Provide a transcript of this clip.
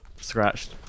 scratched